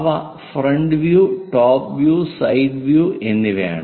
അവ front view top view side view എന്നിവയാണ്